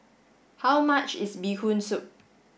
how much is bee Hoon soup